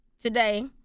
today